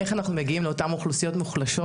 איך אנחנו מגיעים לאותן אוכלוסיות מוחלשות?